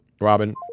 Robin